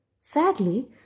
Sadly